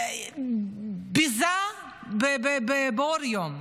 ביזה לאור יום.